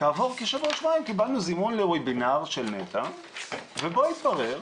כעבור כשבוע-שבועיים קיבלנו זימון לוובינר של נת"ע ובו התברר,